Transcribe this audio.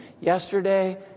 yesterday